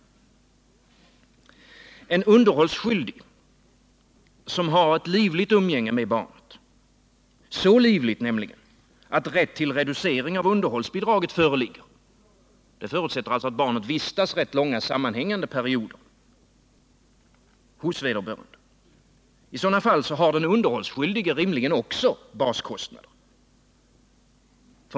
Om en underhållsskyldig har livligt umgänge med barnet — så livligt att rätt till reducering av underhållsbidraget föreligger, vilket förutsätter att barnet vistas hos den underhållsskyldige rätt långa sammanhängande perioder — har också den underhållsskyldige baskostnader.